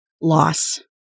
loss